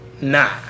Nah